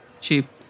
Cheap